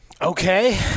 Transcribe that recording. Okay